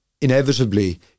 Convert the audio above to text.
inevitably